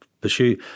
pursue